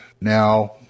Now